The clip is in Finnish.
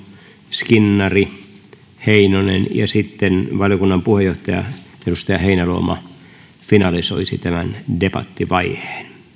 skinnari heinonen ja sitten valiokunnan puheenjohtaja edustaja heinäluoma finalisoisi tämän debattivaiheen